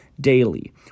daily